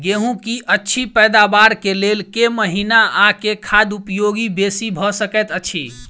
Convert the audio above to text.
गेंहूँ की अछि पैदावार केँ लेल केँ महीना आ केँ खाद उपयोगी बेसी भऽ सकैत अछि?